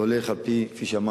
כפי שאמרתי,